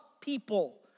people